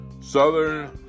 southern